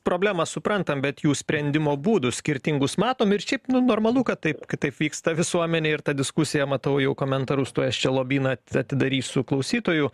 problemas suprantam bet jų sprendimo būdus skirtingus matom ir šiaip nu normalu kad taip kad taip vyksta visuomenėj ir ta diskusija matau jau komentarus tuoj aš čia lobyną atidarysiu klausytojų